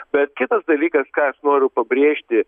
bet kitas dalykas ką noriu pabrėžti